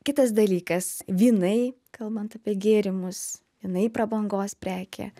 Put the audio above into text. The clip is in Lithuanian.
kitas dalykas vynai kalbant apie gėrimus jinai prabangos prekė